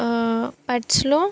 పెట్స్లో